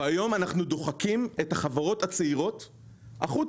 והיום אנחנו דוחקים את החברות הצעירות החוצה,